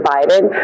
Biden